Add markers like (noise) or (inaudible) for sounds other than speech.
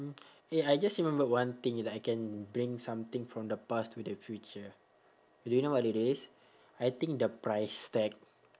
(noise) eh I just remembered one thing like I can bring something from the past to the future do you know what it is I think the price tag